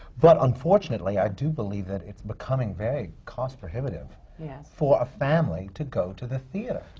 but unfortunately, i do believe that it's becoming very cost-prohibitive yeah for a family to go to the theatre.